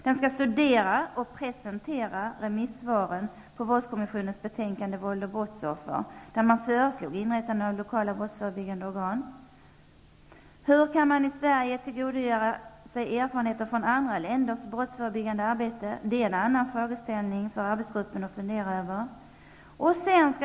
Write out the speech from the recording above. Den skall studera och presentera remissvaren på våldskommissionens betänkande Våld och brottsoffer, där man föreslog inrättande av lokala brottsförebyggande organ. Hur kan man i Sverige tillgodogöra sig erfarenheter från andra länders brottsförebyggande arbete? Det är en annan frågeställning för arbetsgruppen att fundera över.